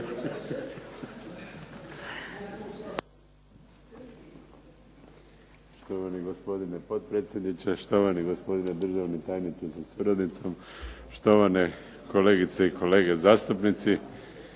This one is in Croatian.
Štovani gospodine potpredsjedniče, štovani gospodine državni tajniče sa suradnicom, štovane kolegice i kolege zastupnici.